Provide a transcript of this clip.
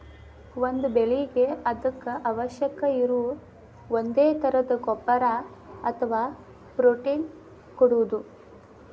ಒಂದ ಬೆಳಿಗೆ ಅದಕ್ಕ ಅವಶ್ಯಕ ಇರು ಒಂದೇ ತರದ ಗೊಬ್ಬರಾ ಅಥವಾ ಪ್ರೋಟೇನ್ ಕೊಡುದು